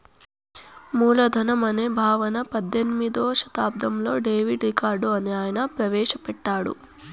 మూలధనం అనే భావన పద్దెనిమిదో శతాబ్దంలో డేవిడ్ రికార్డో అనే ఆయన ప్రవేశ పెట్టాడు